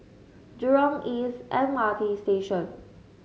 Jurong East M R T Station